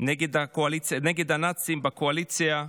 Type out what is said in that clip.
נגד הנאצים בקואליציה.